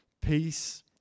Peace